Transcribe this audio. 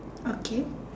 okay